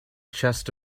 chest